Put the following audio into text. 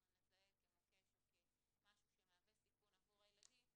נזהה כמוקש או כמשהו שמהווה סיכון עבור הילדים,